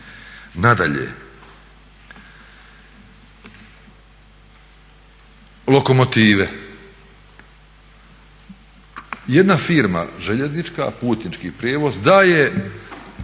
Nadalje, lokomotive. Jedna firma željeznička putnički prijevoz daje